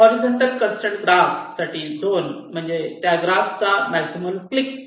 horizontal constraint graph साठी zone म्हणजे त्या ग्राफ चा मॅक्झिमल क्लिक